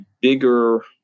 bigger